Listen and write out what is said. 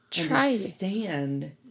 understand